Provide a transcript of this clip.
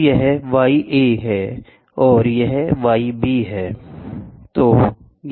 तो यह y a है और यह y b है